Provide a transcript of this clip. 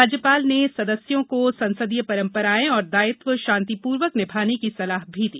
राज्यपाल ने सदस्यों को संसदीय परम्पराएं और दायित्व शांतिपूर्वक निभाने की सलाह भी दी